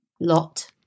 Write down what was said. lot